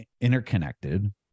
interconnected